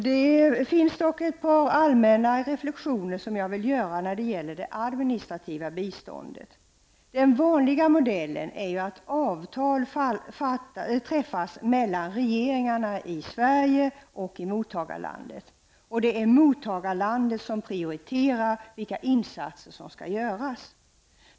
Jag vill dock göra en par allmänna reflexioner när det gäller det administrativa biståndet. Den vanliga modellen är ju att regeringarna i Sverige och mottagarlandet i fråga träffar ett avtal. Det är mottagarlandet som gör prioriteringar när det gäller de insatser som skall göras.